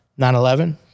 9-11